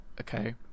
Okay